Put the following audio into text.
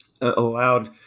allowed